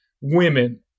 Women